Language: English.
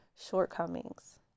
shortcomings